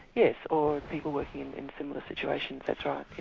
yes, or people working in similar situations that's right,